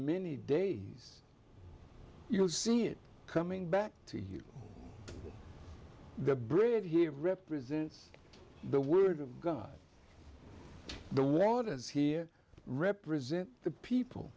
many days you'll see it coming back to you the bridge here represents the word of god the lord is here represent the people